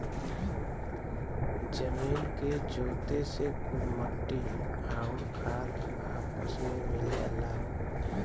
जमीन के जोते से कुल मट्टी आउर खाद आपस मे मिल जाला